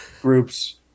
groups